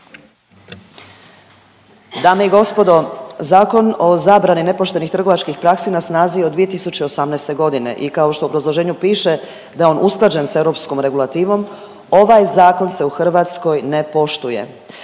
Dame i gospodo, Zakon o zabrani nepoštenih trgovačkih praksi na snazi je od 2018. godine i kao što u obrazloženju piše da je on usklađen sa europskom regulativom ovaj zakon se u Hrvatskoj ne poštuje.